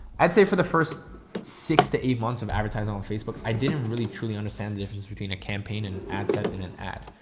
i'd say for the first six to eight months of advertising on facebook, i didn't really truly understand the difference between a campaign and ad set and an ad.